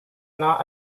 not